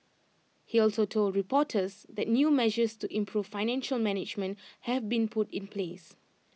he also told reporters that new measures to improve financial management have been put in place